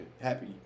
happy